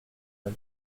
pas